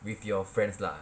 with your friends lah